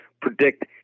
predict